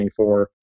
24